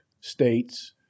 states